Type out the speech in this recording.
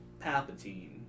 Palpatine